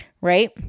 right